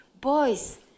boys